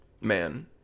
man